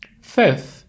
Fifth